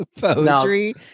poetry